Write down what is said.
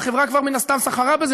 והחברה מן הסתם סחרה כזה.